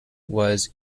was